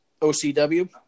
OCW